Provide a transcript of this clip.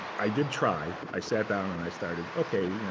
i did try. i sat down, and i started, ok,